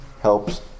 helps